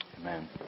Amen